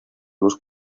los